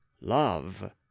love